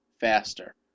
faster